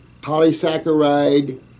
polysaccharide